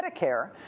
Medicare